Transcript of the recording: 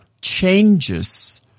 changes